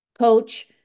coach